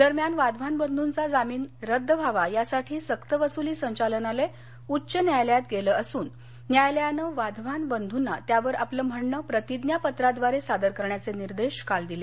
दरम्यान वाधवान बंधूंचा जामीन रद्द व्हावा यासाठी सक्त वसुली संचालनालय उच्च न्यायालयात गेलं असून न्यायालयानं वाधवान बंधूंना त्यावर आपलं म्हणणं प्रतिज्ञापत्राद्वारे सादर करण्याचे निर्देश काल दिले